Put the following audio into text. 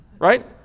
right